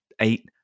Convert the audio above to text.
eight